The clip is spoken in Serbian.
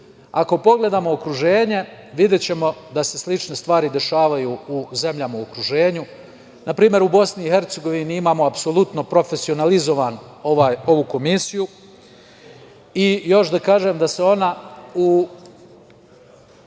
pogledamo okruženje, videćemo da se slične stvari dešavaju u zemljama u okruženju. Na primer, u Bosni i Hercegovini imamo apsolutno profesionalizovanu ovu komisiju i još da kažem da se ona u